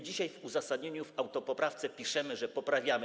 Dzisiaj w uzasadnieniu autopoprawki piszemy, że to poprawiamy.